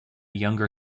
younger